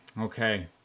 Okay